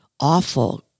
awful